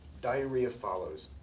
diarrhea follows.